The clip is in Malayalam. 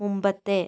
മുമ്പത്തെ